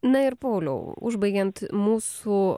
na ir pauliau užbaigiant mūsų